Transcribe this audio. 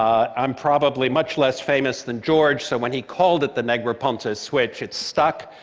i'm probably much less famous than george, so when he called it the negroponte switch, it stuck,